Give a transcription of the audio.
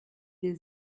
des